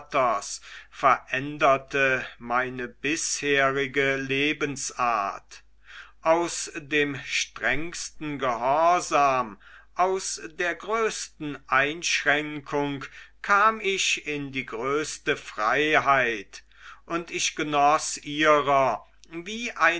veränderte meine bisherige lebensart aus dem strengsten gehorsam aus der größten einschränkung kam ich in die größte freiheit und ich genoß ihrer wie